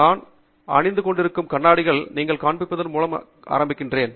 நான் அணிந்து கொண்டிருக்கும் கண்ணாடிகளை நீங்கள் காண்பித்ததன் மூலம் ஆரம்பித்தேன்